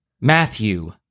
Matthew